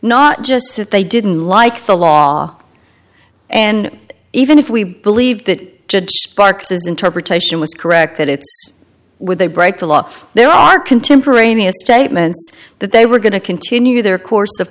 not just that they didn't like the law and even if we believe that sparks his interpretation was correct that it's when they break the law there are contemporaneous statements that they were going to continue their course of